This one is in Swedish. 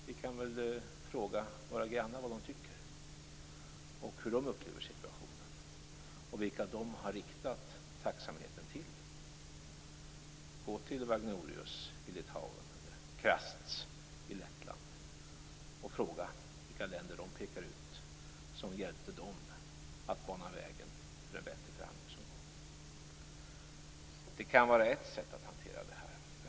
Vi kan väl fråga våra grannar vad de tycker, hur de upplever situationen och vilka de har riktat tacksamhet till. Fråga Vagnorius i Litauen eller Krasts i Lettland vilka länder de pekar ut som de som hjälpte dem att bana väg för en bättre förhandlingsomgång! Det kan vara ett sätt att hantera det här.